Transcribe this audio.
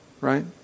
right